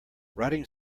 writing